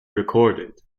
recorded